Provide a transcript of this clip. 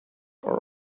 our